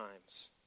times